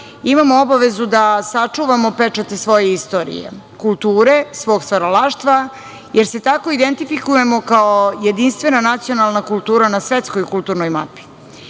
imamo obavezu da sačuvamo pečate svoje istorije, kulture, svog stvaralaštva, jer se tako identifikujemo kao jedinstvena nacionalna kultura na svetskoj kulturnoj mapi.